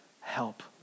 help